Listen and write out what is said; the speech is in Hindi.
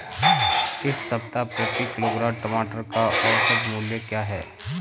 इस सप्ताह प्रति किलोग्राम टमाटर का औसत मूल्य क्या है?